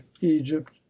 egypt